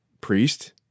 priest